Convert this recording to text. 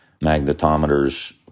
magnetometers